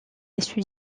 ceux